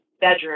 bedroom